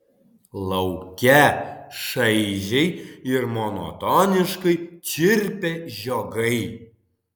lauke šaižiai ir monotoniškai čirpė žiogai